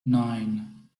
nine